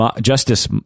Justice